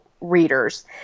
readers